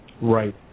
right